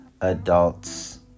adults